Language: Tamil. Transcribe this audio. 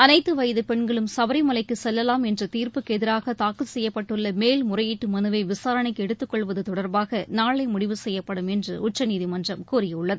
அனைத்து வயது பெண்களும் சபரிமலைக்கு செல்லலாம் என்ற தீர்ப்புக்கு எதிராக தாக்கல் செய்யப்பட்டுள்ள மேல்முறையீட்டு மனுவை விசாரணைக்கு எடுத்துக் கொள்வது தொடா்பாக நாளை முடிவு செய்யப்படும் என்று உச்சநீதிமன்றம் கூறியுள்ளது